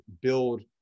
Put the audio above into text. build